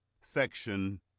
section